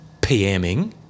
PMing